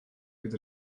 fydd